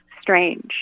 strange